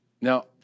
Now